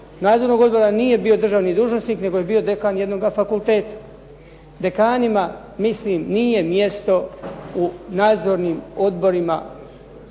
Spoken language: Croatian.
nadzornog odbora nije bio državni dužnosnik nego je bio dekan jednoga fakulteta. Dekanima mislim nije mjesto u nadzornim odborima